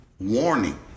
warning